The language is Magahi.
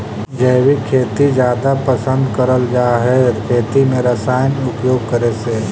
जैविक खेती जादा पसंद करल जा हे खेती में रसायन उपयोग करे से